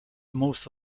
most